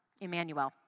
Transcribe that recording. Emmanuel